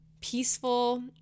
peaceful